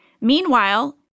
Meanwhile